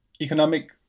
economic